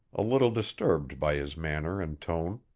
a little disturbed by his manner and tone.